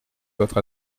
votre